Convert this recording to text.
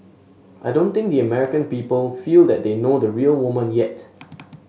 I don't think the American people feel that they know the real woman yet